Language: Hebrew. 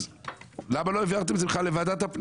אז למה לא העברתם את זה בכלל לוועדת הפנים?